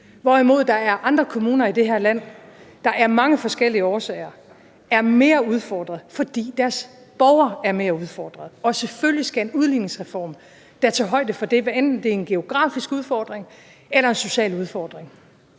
hvorimod der er andre kommuner i det her land, der af mange forskellige årsager er mere udfordret, fordi deres borgere er mere udfordret. Og selvfølgelig skal en udligningsreform da tage højde for det, hvad enten det er en geografisk udfordring eller en social udfordring.